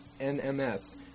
NMS